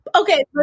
okay